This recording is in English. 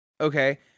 okay